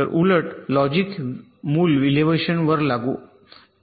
एक उलट लॉजिक मूल्य इलेव्हन वर लागू